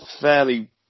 fairly